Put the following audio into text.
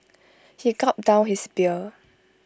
he gulped down his beer